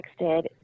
texted